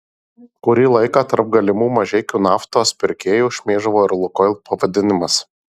kurį laiką tarp galimų mažeikių naftos pirkėjų šmėžavo ir lukoil pavadinimas